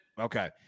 Okay